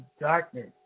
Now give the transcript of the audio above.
darkness